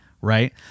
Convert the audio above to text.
right